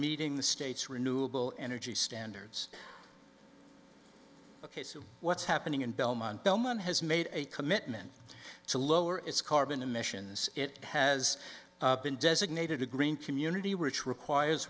meeting the state's renewable energy standards ok so what's happening in belmont bellman has made a commitment to lower its carbon emissions it has been designated a green community rich requires